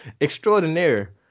extraordinaire